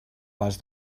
les